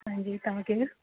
हांजी तव्हां केरु